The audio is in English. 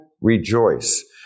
rejoice